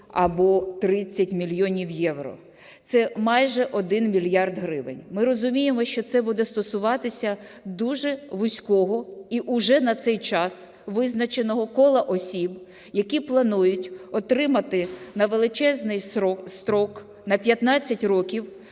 або 30 мільйонів євро, це майже 1 мільярд гривень. Ми розуміємо, що це буде стосуватися дуже вузького і вже на цей час визначеного кола осіб, які планують отримати на величезний строк – на 15 років